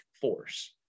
force